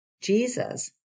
Jesus